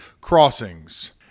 crossings